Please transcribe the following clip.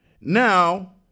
Now